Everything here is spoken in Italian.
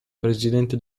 presidente